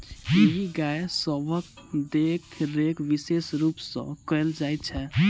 एहि गाय सभक देखरेख विशेष रूप सॅ कयल जाइत छै